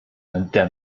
nade